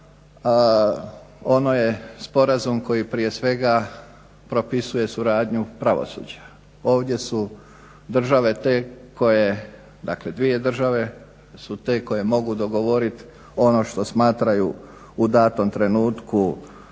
ono je sporazum koji prije svega propisuje suradnju pravosuđa. Ovdje su države te koje, dakle dvije države su te koje mogu dogovoriti ono što smatraju u datom trenutku